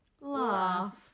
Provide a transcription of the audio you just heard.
Laugh